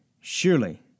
surely